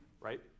Right